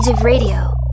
radio